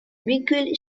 miguel